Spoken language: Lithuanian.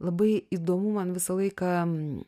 labai įdomu man visą laiką